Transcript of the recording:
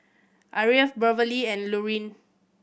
Aria Beverley and Lurline